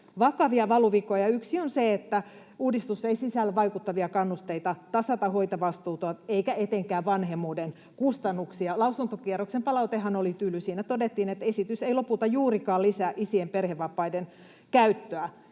vakavia valuvikoja. Yksi on se, että uudistus ei sisällä vaikuttavia kannusteita tasata hoitovastuuta eikä etenkään vanhemmuuden kustannuksia. Lausuntokierroksen palautehan oli tyly. Siinä todettiin, että esitys ei lopulta juurikaan lisää isien perhevapaiden käyttöä.